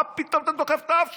מה פתאום אתה דוחף את האף שלך?